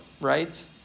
right